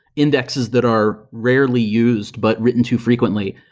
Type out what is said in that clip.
indexes that are rarely used but written too frequently.